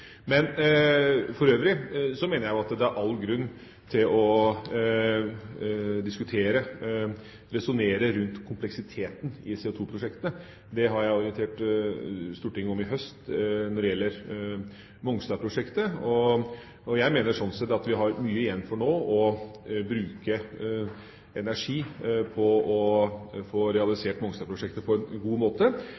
For øvrig mener jeg at det er all grunn til å diskutere og resonnere rundt kompleksiteten i CO2-prosjektene. Det har jeg orientert Stortinget om i høst når det gjelder Mongstad-prosjektet. Jeg mener slik sett at vi nå har mye igjen for å bruke energi på å få